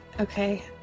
Okay